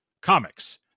comics